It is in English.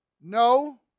no